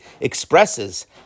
expresses